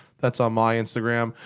that's on my instagram.